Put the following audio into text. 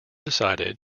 decided